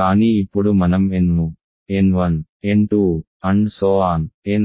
కానీ ఇప్పుడు మనం n ను n1 n2